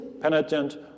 penitent